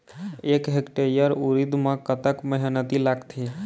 एक हेक्टेयर उरीद म कतक मेहनती लागथे?